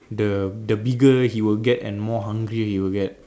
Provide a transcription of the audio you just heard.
the the bigger he will get and more hungry he will get